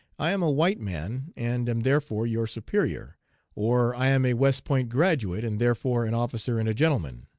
i am a white man, and am therefore your superior or i am a west point graduate, and therefore an officer and a gentleman